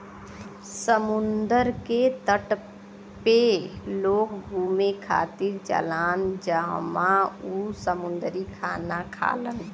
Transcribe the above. समुंदर के तट पे लोग घुमे खातिर जालान जहवाँ उ समुंदरी खाना खालन